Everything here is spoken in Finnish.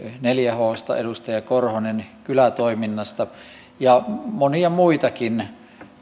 neljä h sta edustaja korhonen kylätoiminnasta ja monia muitakin